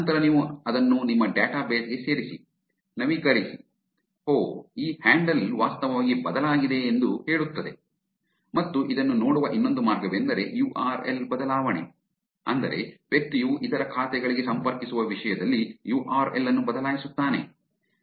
ನಂತರ ನೀವು ಅದನ್ನು ನಿಮ್ಮ ಡೇಟಾಬೇಸ್ ಗೆ ಸೇರಿಸಿ ನವೀಕರಿಸಿ ಓಹ್ ಈ ಹ್ಯಾಂಡಲ್ ವಾಸ್ತವವಾಗಿ ಬದಲಾಗಿದೆ ಎಂದು ಹೇಳುತ್ತದೆ ಮತ್ತು ಇದನ್ನು ನೋಡುವ ಇನ್ನೊಂದು ಮಾರ್ಗವೆಂದರೆ ಯು ಆರ್ ಎಲ್ ಬದಲಾವಣೆ ಅಂದರೆ ವ್ಯಕ್ತಿಯು ಇತರ ಖಾತೆಗಳಿಗೆ ಸಂಪರ್ಕಿಸುವ ವಿಷಯದಲ್ಲಿ ಯು ಆರ್ ಎಲ್ ಅನ್ನು ಬದಲಾಯಿಸುತ್ತಾನೆ